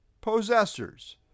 possessors